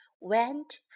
went